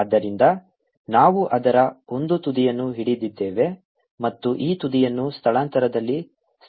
ಆದ್ದರಿಂದ ನಾವು ಅದರ ಒಂದು ತುದಿಯನ್ನು ಹಿಡಿದಿದ್ದೇವೆ ಮತ್ತು ಈ ತುದಿಯನ್ನು ಸ್ಥಳಾಂತರದಲ್ಲಿ ಸ್ಥಳಾಂತರಿಸಲಾಗುತ್ತಿದೆ